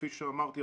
כפי שאמרתי,